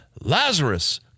Lazarus